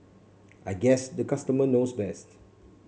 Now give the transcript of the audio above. I guess the customer knows best